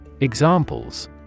Examples